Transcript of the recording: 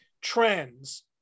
trends